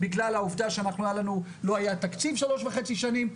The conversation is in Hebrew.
בגלל העובדה שלא היה תקציב שלוש וחצי שנים,